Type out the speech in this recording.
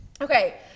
Okay